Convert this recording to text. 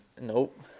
Nope